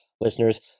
listeners